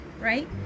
right